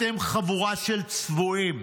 אתם חבורה של צבועים.